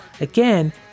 again